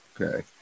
Okay